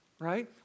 Right